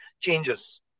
Changes